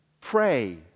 Pray